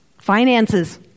Finances